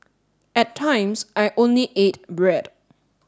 at times I only ate bread